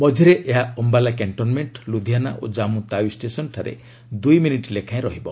ମଝିରେ ଏହା ଅମ୍ବାଲା କ୍ୟାକ୍ଷନ୍ମେଣ୍ଟ ଲୁଧିଆନା ଓ ଜାମ୍ମୁ ତାୱି ଷ୍ଟେସନ୍ଠାରେ ଦୁଇ ମିନିଟ୍ ଲେଖାଏଁ ରହିବ